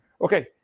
Okay